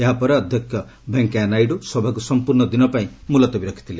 ଏହା ପରେ ଅଧ୍ୟକ୍ଷ ଭେଙ୍କେୟା ନାଇଡୁ ସଭାକୁ ସମ୍ପର୍ଷ୍ଣ ଦିନ ପାଇଁ ମ୍ବଲତବୀ ରଖିଥିଲେ